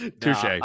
touche